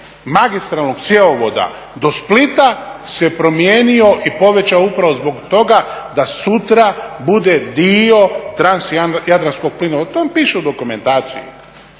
magistralnog cjevovoda do Splita se promijenio i povećao upravo zbog toga da sutra bude dio transjadranskog plinovoda. To vam piše u dokumentaciji.